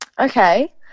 Okay